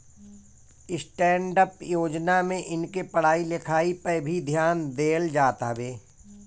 stand up योजना में इनके पढ़ाई लिखाई पअ भी ध्यान देहल जात हवे